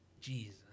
Jesus